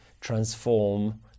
transform